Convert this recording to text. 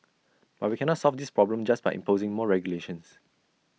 but we can not solve this problem just by imposing more regulations